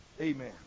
Amen